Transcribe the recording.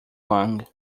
long